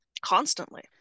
constantly